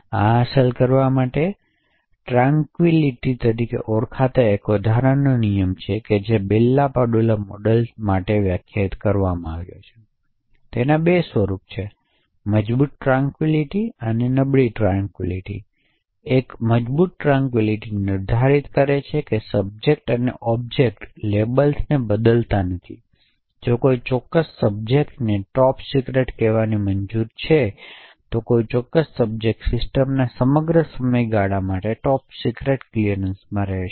આ હાંસલ કરવા માટે ટ્રાનકવિલીટી તરીકે ઓળખાતા એક વધારાના નિયમ છે જે બેલ લાપડુલા મોડેલ માટે વ્યાખ્યાયિત કરવામાં આવ્યા છે તેના બે સ્વરૂપો છે મજબૂત ટ્રાનકવિલીટી અને નબળી ટ્રાનકવિલીટી એક મજબૂત ટ્રાનકવિલીટી નિર્ધારિત કરે છે કે સબ્જેક્ટ અને ઓબ્જેક્ટ્સ લેબલ્સને બદલતા નથી જો કોઈ ચોક્કસ સબ્જેક્ટને ટોપ સિક્રેટ કહેવાની મંજૂરી હોય તો કોઈ ચોક્કસ સબ્જેક્ટ સિસ્ટમના સમગ્ર સમયગાળા માટે ટોપ સિક્રેટ ક્લિયરન્સમાં રહેશે